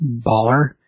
baller